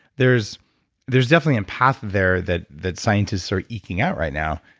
there's there's definitely a path there that that scientists are eking out right now.